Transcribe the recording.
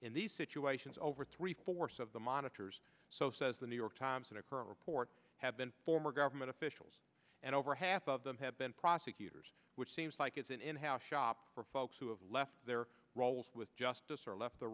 in these situations over three fourths of the monitors so says the new york times in a current report have been former government officials and over half of them have been prosecutors which seems like it's an in house shop for folks who have left their roles with justice or left the